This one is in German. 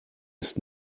ist